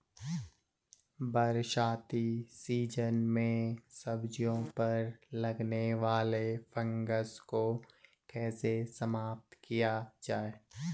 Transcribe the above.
बरसाती सीजन में सब्जियों पर लगने वाले फंगस को कैसे समाप्त किया जाए?